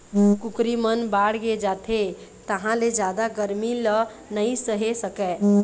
कुकरी मन बाड़गे जाथे तहाँ ले जादा गरमी ल नइ सहे सकय